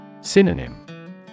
Synonym